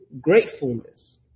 gratefulness